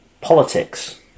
politics